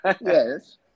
Yes